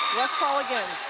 westphal again